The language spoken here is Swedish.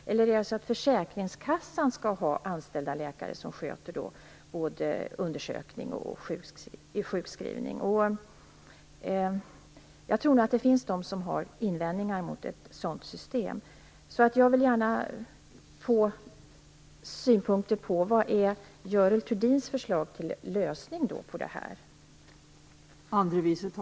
Eller skall försäkringskassan ha anställda läkare som sköter både undersökning och sjukskrivning? Jag tror att det finns de som har invändningar mot ett sådant system. Jag vill gärna få synpunkter på vad som är Görel Thurdins förslag till lösning på detta.